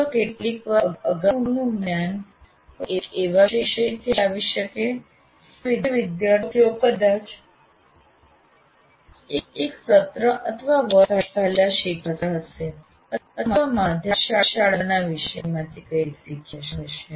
અથવા કેટલીકવાર અગાઉનું જ્ઞાન કોઈક એવા વિષયથી આવી શકે છે જે વિદ્યાર્થીઓ કદાચ એક સેમેસ્ટર અથવા વર્ષ પહેલા શીખ્યા હશે અથવા માધ્યમિક શાળાના વિષયમાંથી કંઈક શીખ્યા હશે